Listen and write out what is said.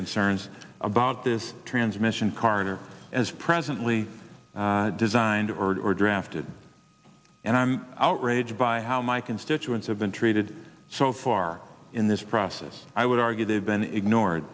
concerns about this transmission karner as presently designed or drafted and i'm outraged by how my constituents have been treated so far in this process i would argue they've been ignored